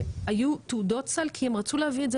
היו תעודות סל כי הם רצו להביא את זה